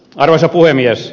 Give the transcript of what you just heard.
arvoisa puhemies